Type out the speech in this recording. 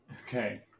Okay